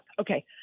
Okay